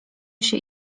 się